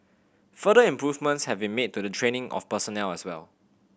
further improvements have been made to the training of personnel as well